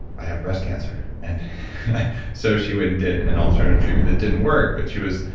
i have breast cancer. and so she went and did an alternative treatment that didn't work but she was,